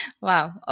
Wow